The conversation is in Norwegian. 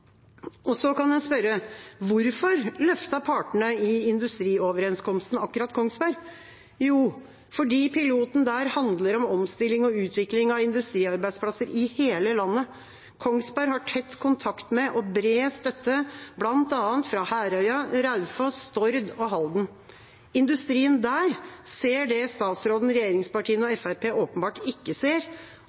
Så kan en spørre: Hvorfor løftet partene i Industrioverenskomsten fram akkurat Kongsberg? Jo, fordi piloten der handler om omstilling og utvikling av industriarbeidsplasser i hele landet. Kongsberg har tett kontakt med og bred støtte fra bl.a. Herøya, Raufoss, Stord og Halden. Industrien der ser det statsråden, regjeringspartiene og Fremskrittspartiet åpenbart ikke ser